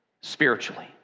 spiritually